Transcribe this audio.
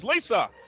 Lisa